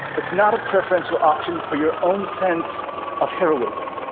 it's not a preferential option for your own sense of heroism.